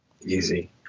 easy